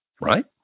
Right